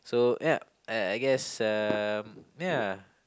so ya I I guess um ya